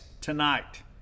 tonight